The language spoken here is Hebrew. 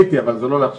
הייתי, אבל זה לא לעכשיו.